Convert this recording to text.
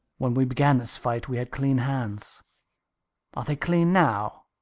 when we began this fight, we had clean hands are they clean' now?